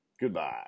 Goodbye